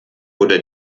oder